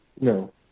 No